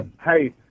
hey